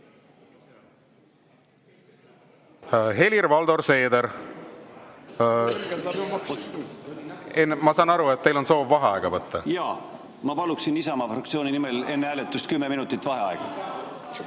Helir-Valdor Seeder, ma saan aru, et teil on soov vaheaega võtta. Jaa, ma paluksin Isamaa fraktsiooni nimel enne hääletust kümme minutit vaheaega.